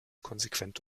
konsequent